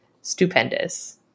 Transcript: stupendous